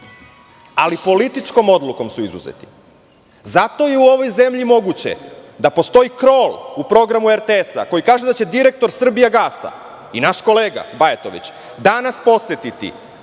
ali političkom odlukom su izuzeti. Zato je u ovoj zemlji moguće da postoji krol u programu RTS koji kaže da će direktor "Srbijagasa" i naš kolega Bajatović danas posetiti